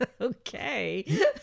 Okay